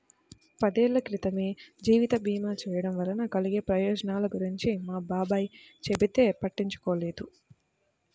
పదేళ్ళ క్రితమే జీవిత భీమా చేయడం వలన కలిగే ప్రయోజనాల గురించి మా బాబాయ్ చెబితే పట్టించుకోలేదు